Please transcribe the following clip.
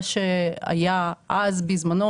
מה שהיה אז בזמנו,